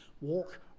Walk